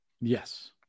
Yes